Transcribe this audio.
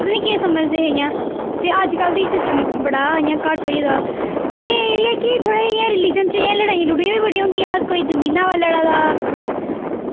पता निं केह् समझदे हे इ'यां ते अज्जकल ते एह् सिस्टम इ'यां बड़ा घट्ट होई गेदा ते एह् ऐ कि थोह्ड़े इ'यां रीलिज़न च इयां लड़ाइयां लड़ूइयां बी बड़ियां होंदियां कोई जमीना उप्पर लड़ा दा